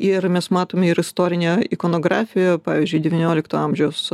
ir mes matome ir istorinę ikonografiją pavyzdžiui devyniolikto amžiaus